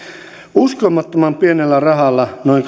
uskomattoman pienellä rahalla noin